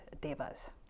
devas